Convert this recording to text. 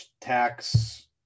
tax